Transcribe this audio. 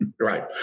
Right